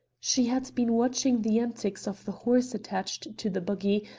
she had been watching the antics of the horse attached to the buggy,